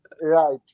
Right